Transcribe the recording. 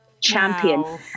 champion